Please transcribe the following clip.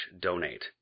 donate